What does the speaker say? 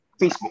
Facebook